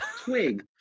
twig